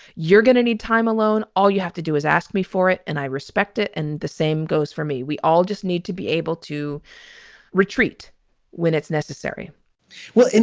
you're going to need time alone. all you have to do is ask me for it. and i respect it. and the same goes for me. we all just need to be able to retreat when it's necessary well,